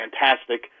fantastic